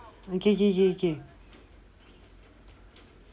okay K K K